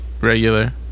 Regular